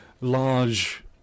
large